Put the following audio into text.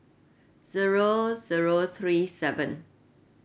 zero zero three seven